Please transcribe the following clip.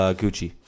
gucci